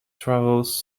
travels